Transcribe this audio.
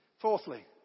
Fourthly